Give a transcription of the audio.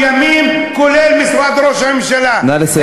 מסוימים, כולל משרד ראש הממשלה, נא לסיים.